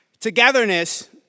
Togetherness